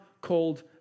called